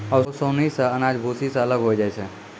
ओसौनी सें अनाज भूसी सें अलग होय जाय छै